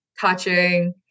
touching